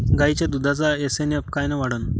गायीच्या दुधाचा एस.एन.एफ कायनं वाढन?